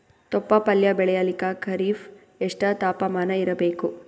ತೊಪ್ಲ ಪಲ್ಯ ಬೆಳೆಯಲಿಕ ಖರೀಫ್ ಎಷ್ಟ ತಾಪಮಾನ ಇರಬೇಕು?